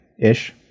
Ish